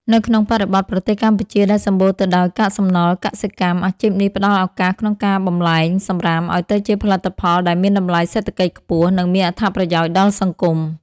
នៅក្នុងបរិបទប្រទេសកម្ពុជាដែលសម្បូរទៅដោយកាកសំណល់កសិកម្ម អាជីពនេះផ្ដល់ឱកាសក្នុងការបម្លែងសម្រាមឱ្យទៅជាផលិតផលដែលមានតម្លៃសេដ្ឋកិច្ចខ្ពស់ និងមានអត្ថប្រយោជន៍ដល់សង្គម។